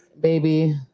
baby